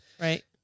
Right